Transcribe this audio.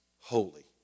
Holy